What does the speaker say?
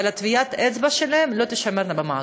אבל טביעת האצבע שלהם לא תישמר במאגר.